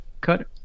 cut